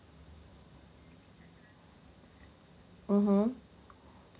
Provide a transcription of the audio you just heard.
mmhmm